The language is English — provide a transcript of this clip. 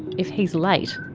if he's late,